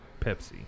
Pepsi